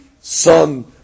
son